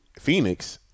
Phoenix—